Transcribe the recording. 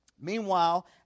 Meanwhile